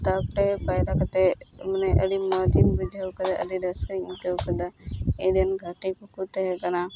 ᱛᱟᱯᱚᱨᱮ ᱯᱟᱭᱨᱟ ᱠᱟᱛᱮ ᱢᱟᱱᱮ ᱟᱹᱰᱤ ᱢᱚᱡᱽ ᱵᱩᱡᱷᱟᱹᱣ ᱠᱟᱫᱟ ᱟᱹᱰᱤ ᱨᱟᱹᱥᱠᱟᱹᱧ ᱟᱹᱭᱠᱟᱹᱣ ᱠᱟᱫᱟ ᱤᱧᱨᱮᱱ ᱜᱟᱛᱮᱠᱚ ᱠᱚ ᱛᱮᱦᱮᱸᱠᱟᱱᱟ